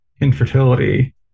infertility